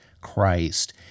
Christ